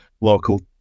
local